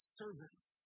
servants